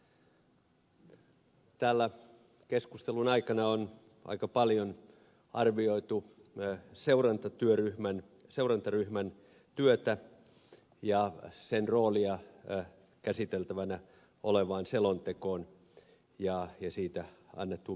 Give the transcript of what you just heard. täällä keskustelun aikana on aika paljon arvioitu seurantaryhmän työtä ja sen roolia käsiteltävänä olevaan selontekoon ja siitä annettuun mietintöön